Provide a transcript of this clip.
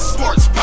Sports